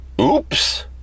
Oops